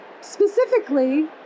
Specifically